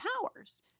powers